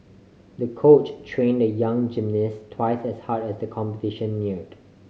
the coach train the young gymnast twice as hard as the competition neared